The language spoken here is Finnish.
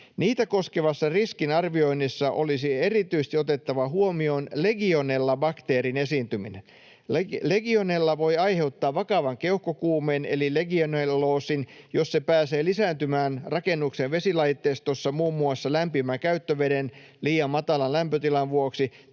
Niitä koskevassa riskiarvioinnissa olisi erityisesti otettava huomioon Legionella-bakteerin esiintyminen. Legionella voi aiheuttaa vakavan keuhkokuumeen eli legionelloosin, jos se pääsee lisääntymään rakennuksen vesilaitteistossa muun muassa lämpimän käyttöveden liian matalan lämpötilan vuoksi